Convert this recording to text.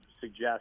suggest